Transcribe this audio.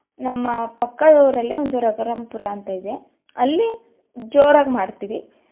ನಮ್ಮ ಪಕ್ಕದ ಊರಲ್ಲಿ ಒಂದು ರಘುರಾಮ್ ಪುರ ಅಂತ ಇದೆ ಅಲ್ಲಿ ಜೋರಾಗಿ ಮಾಡ್ತೀವಿ